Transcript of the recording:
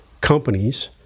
companies